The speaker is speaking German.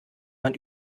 man